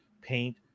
paint